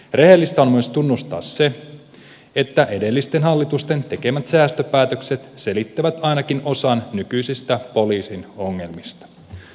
rehellistä on myös tunnustaa se että edellisten hallitusten tekemät säästöpäätökset selittävät ainakin osan nykyisistä poliisin ongelmista